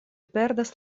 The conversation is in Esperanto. perdas